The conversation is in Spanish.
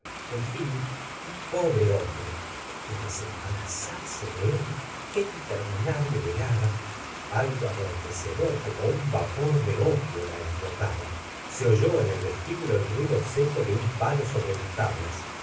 en fin un pobre hombre cómo desembarazarse de él qué interminable velada algo adormecedor como un vapor de opio la embotaba se oyó en el vestíbulo el ruido seco de un palo sobre las tablas